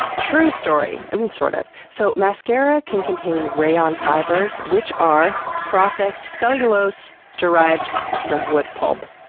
true story. i mean, sort of. so mascara can contain rayon fibers which are processed cellulose derived from wood pulp.